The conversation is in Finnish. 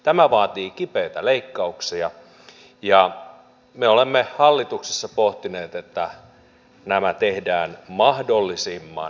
tämä vaatii kipeitä leikkauksia ja me olemme hallituksessa pohtineet että nämä tehdään mahdollisimman tasapuolisesti